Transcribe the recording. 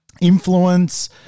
influence